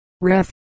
Ref